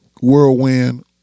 whirlwind